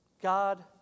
God